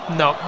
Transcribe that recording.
no